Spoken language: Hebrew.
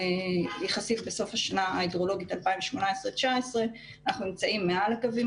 יחסית בסוף השנה ההידרולוגית 2019-2018 אנחנו נמצאים מעל הקווים